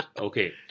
Okay